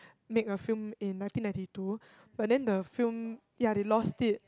make a film in nineteen ninety two but then the film ya they lost it